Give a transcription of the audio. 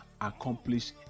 accomplish